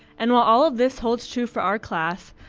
and while all of this holds true for our class,